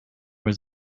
was